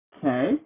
Okay